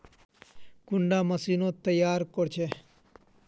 कुंडा मशीनोत तैयार कोर छै?